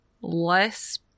less